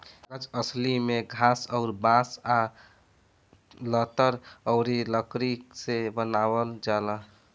कागज असली में घास अउर बांस आ लतर अउरी लकड़ी से बनावल जाला